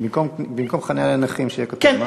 במקום "חניה לנכים", שיהיה כתוב מה?